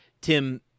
Tim